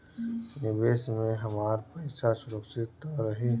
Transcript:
निवेश में हमार पईसा सुरक्षित त रही?